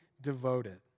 devoted